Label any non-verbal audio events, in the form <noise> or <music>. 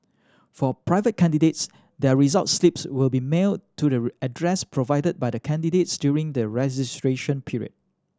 for private candidates their result slips will be mailed to the <unintelligible> address provided by the candidates during the registration period